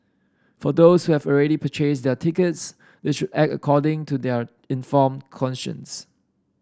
for those who have already purchased their tickets they should act according to their informed conscience